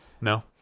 No